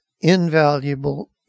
invaluable